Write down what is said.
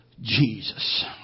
Jesus